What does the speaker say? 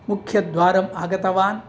मुख्यद्वारम् आगतवान्